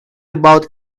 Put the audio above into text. about